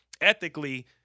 ethically